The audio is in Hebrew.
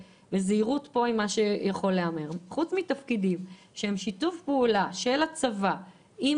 בזהירות: חוץ מתפקידים שהם שיתוף פעולה של הצבא עם